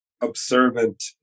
observant